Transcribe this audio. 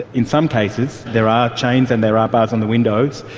in some cases there are chains and there are bars on the windows,